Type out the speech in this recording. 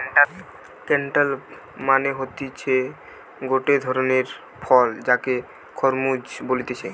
cantaloupe মানে হতিছে গটে ধরণের ফল যাকে খরমুজ বলতিছে